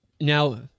Now